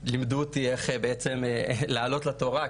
לימדו אותי איך בעצם לעלות לתורה,